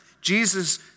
Jesus